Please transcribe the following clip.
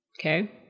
Okay